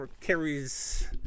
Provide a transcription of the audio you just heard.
carries